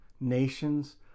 nations